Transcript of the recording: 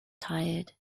tired